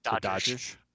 Dodgers